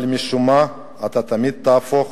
אבל משום מה אתה תמיד תהפוך